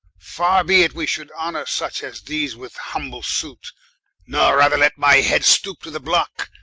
farre be it, we should honor such as these with humble suite no, rather let my head stoope to the blocke,